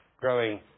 growing